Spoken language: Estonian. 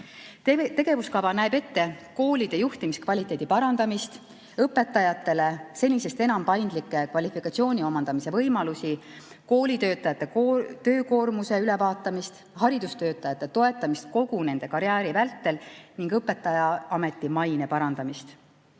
Tegevuskava näeb ette koolide juhtimise kvaliteedi parandamist, õpetajatele senisest enam paindlikke kvalifikatsiooni omandamise võimalusi, koolitöötajate töökoormuse ülevaatamist, haridustöötajate toetamist kogu nende karjääri vältel ning õpetajaameti maine parandamist.